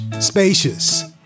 spacious